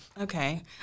okay